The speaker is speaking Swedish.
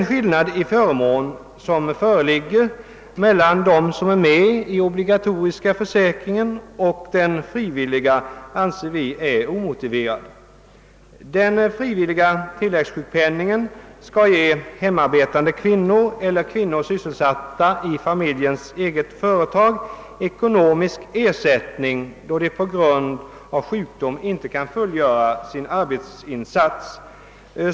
Skillnaden i förmåner mellan dem som är med i den obligatoriska försäkringen och dem som tillhör den frivilliga anser vi vara omotiverad. Den frivilliga tilläggssjukpenningen skall ge hemarbetande kvinnor eller kvinnor sysselsatta i familjens eget företag ekonomisk ersättning, då de på grund av sjukdom inte kan full göra sin arbetsinsats.